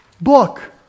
book